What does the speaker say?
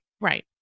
Right